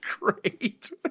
great